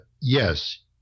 yes